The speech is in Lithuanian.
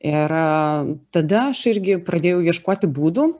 ir a tada aš irgi pradėjau ieškoti būdų